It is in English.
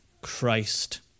Christ